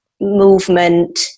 movement